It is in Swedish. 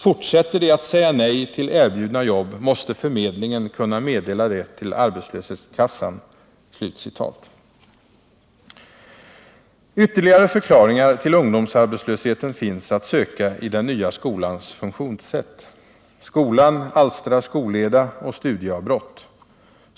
Fortsätter de att säga nej till erbjudna jobb måste förmedlingen kunna meddela det till arbetslöshetskassan.” Yuerligare förklaringar till ungdomsarbetslösheten finns att söka i den nya skolans funktionssätt. Skolan alstrar skolleda och studieavbrott.